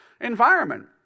environment